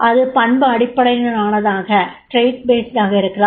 அது பண்பு அடிப்படையிலானதாக இருக்கலாம்